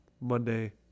Monday